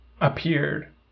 appeared